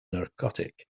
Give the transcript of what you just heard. narcotic